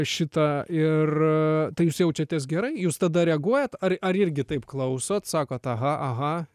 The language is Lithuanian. šitą ir tai jūs jaučiatės gerai jūs tada reaguojat ar ar irgi taip klausot sakot aha aha